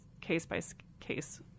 case-by-case